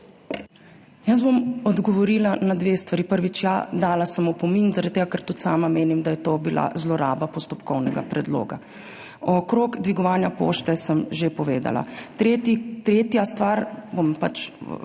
Jaz bom odgovorila na dve stvari. Prvič, ja, dala sem opomin zaradi tega, ker tudi sama menim, da je to bila zloraba postopkovnega predloga. Glede dvigovanja pošte, sem že povedala. Tretja stvar, bom pač